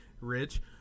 Rich